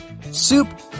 soup